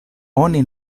oni